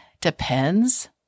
depends